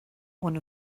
one